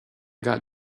got